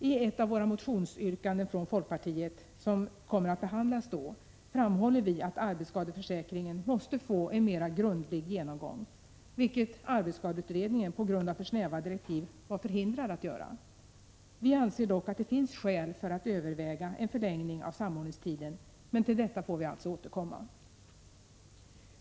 I ett av våra motionsyrkanden från folkpartiet, som kommer att behandlas då, framhåller vi att arbetsskadeförsäkringen måste få en mera grundlig genomgång, vilket arbetsskadeutredningen på grund av för snäva direktiv var förhindrad att göra. Vi anser dock att det finns skäl för att överväga en förlängning av samordningstiden, men till detta får vi alltså återkomma.